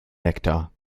nektar